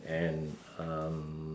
and um